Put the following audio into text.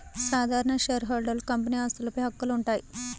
సాధారణ షేర్హోల్డర్లకు కంపెనీ ఆస్తులపై హక్కులు ఉంటాయి